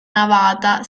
navata